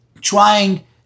trying